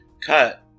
cut